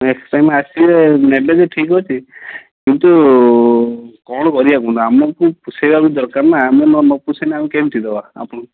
next time ଆସିବେ ନେବେ ଯେ ଠିକ୍ଅଛି କିନ୍ତୁ କଣ କରିବା କୁହନ୍ତୁ ଆମକୁ ପୋଷେଇବା ବି ଦରକାର ନା ଆମକୁ ନ ପୋଷେଇନେ ଆମେ କେମିତି ଦେବା